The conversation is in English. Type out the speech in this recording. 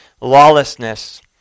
lawlessness